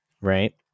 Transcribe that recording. Right